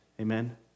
Amen